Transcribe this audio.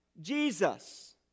Jesus